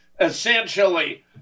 essentially